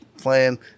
playing